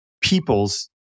people's